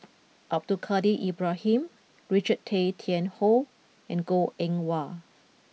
Abdul Kadir Ibrahim Richard Tay Tian Hoe and Goh Eng Wah